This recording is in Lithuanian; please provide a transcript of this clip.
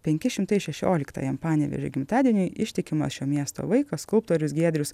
penki šimtai šešioliktajam panevėžio gimtadieniui ištikimas šio miesto vaikas skulptorius giedrius